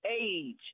age